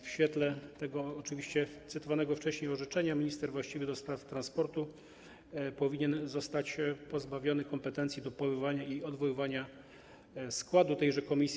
W świetle tego oczywiście cytowanego wcześniej orzeczenia minister właściwy do spraw transportu powinien zostać pozbawiony kompetencji do powoływania i odwoływania składu tejże komisji.